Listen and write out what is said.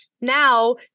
now